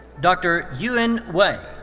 dr. yun wei.